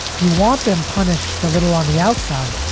you want them punished a little on the outside.